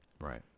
Right